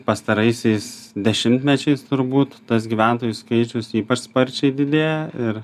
pastaraisiais dešimtmečiais turbūt tas gyventojų skaičius ypač sparčiai didėja ir